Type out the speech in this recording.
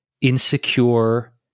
insecure